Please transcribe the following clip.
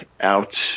out